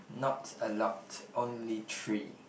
not a lot only three